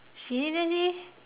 seriously